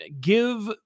give